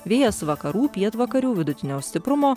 vėjas vakarų pietvakarių vidutinio stiprumo